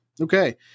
Okay